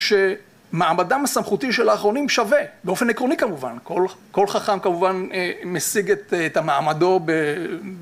שמעמדם הסמכותי של האחרונים שווה באופן עקרוני כמובן כל חכם כמובן משיג את המעמדו